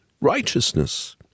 righteousness